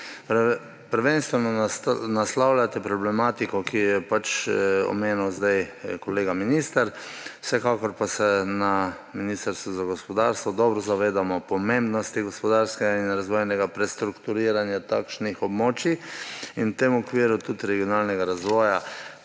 Prvenstveno naslavljate problematiko, ki jo je zdaj omenil kolega minister. Vsekakor pa se na ministrstvu za gospodarstvo dobro zavedamo pomembnosti gospodarskega in razvojnega prestrukturiranja takšnih območij in v tem okviru tudi regionalnega razvoja,